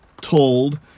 told